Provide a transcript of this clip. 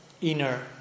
inner